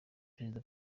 perezida